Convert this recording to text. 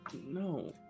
No